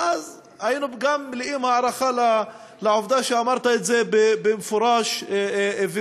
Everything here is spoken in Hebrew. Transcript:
ואז היינו גם מלאי הערכה לעובדה שאמרת את זה במפורש ובגלוי.